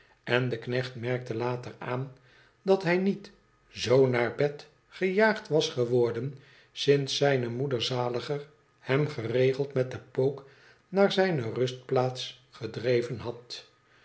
en e knecht merkte later aan dat hij niet z naar bed gejaagd was geworlen sinds zijne moeder zaliger hem geregeld met de pook naar zijne rustplaats gedreven had